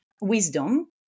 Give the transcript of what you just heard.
wisdom